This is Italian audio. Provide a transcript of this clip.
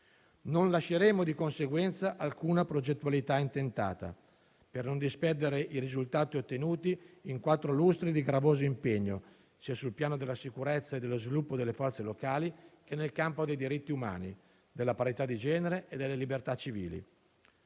Non lasceremo di conseguenza alcuna progettualità intentata per non disperdere i risultati ottenuti in quattro lustri di gravoso impegno, sia sul piano della sicurezza e dello sviluppo delle forze locali che nel campo dei diritti umani, della parità di genere e delle libertà civili.